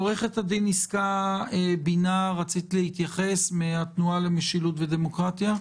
עו"ד יסכה בינה מן התנועה למשילות ודמוקרטיה,